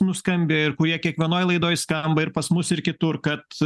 nuskambėjo ir kurie kiekvienoj laidoj skamba ir pas mus ir kitur kad